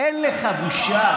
אין לך בושה?